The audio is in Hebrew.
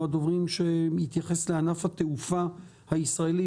הדוברים שמתייחס לענף התעופה הישראלי,